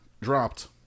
dropped